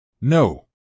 No